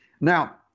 Now